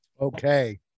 Okay